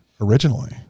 originally